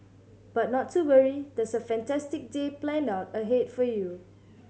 but not to worry there's a fantastic day planned out ahead for you